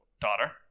daughter